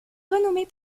renommée